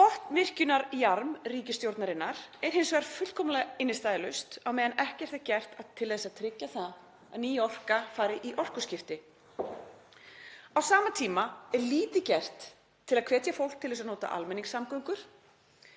Botnvirkjunarjarm ríkisstjórnarinnar er hins vegar fullkomlega innstæðulaust á meðan ekkert er gert til að tryggja að ný orka fari í orkuskipti. Á sama tíma er lítið gert til að hvetja fólk til að nota almenningssamgöngur